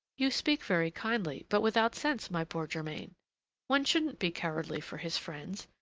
you speak very kindly, but without sense, my poor germain one shouldn't be cowardly for his friends,